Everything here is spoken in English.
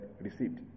received